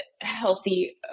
healthy